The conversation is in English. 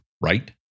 right